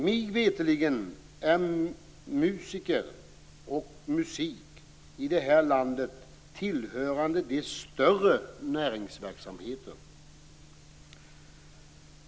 Mig veterligen är musik i det här landet tillhörande de större näringsverksamheterna.